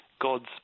God's